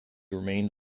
remained